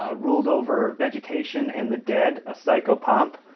ah ruled over vegetation and the dead, a psychopomp.